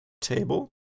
table